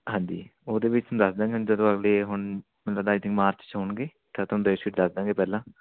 ਹਾਂਜੀ ਉਹਦੇ ਵਿੱਚ ਦੱਸ ਦਾਂਗੇ ਜਦੋਂ ਅਗਲੇ ਹੁਣ ਮੈਨੂੰ ਲੱਗਦਾ ਆਈ ਥਿੰਕ ਮਾਰਚ 'ਚ ਹੋਣਗੇ ਤਾਂ ਤੁਹਾਨੂੰ ਡੇਟਸ਼ੀਟ ਦੱਸ ਦਾਂਗੇ ਪਹਿਲਾਂ